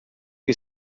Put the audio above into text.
que